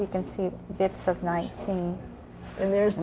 we can see that says nice thing and there's